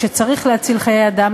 כשצריך להציל חיי אדם,